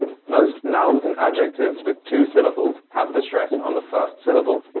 most nouns and adjectives with two syllables have the stress on the first syllable,